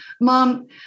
Mom